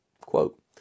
Quote